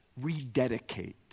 rededicate